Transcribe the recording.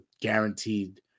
guaranteed